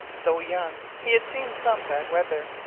though young, he had seen some bad weather,